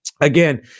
Again